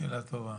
שאלה טובה.